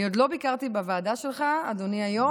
אני עוד לא ביקרתי בוועדה שלך, אדוני היו"ר.